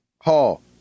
Hall